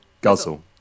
guzzle